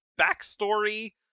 backstory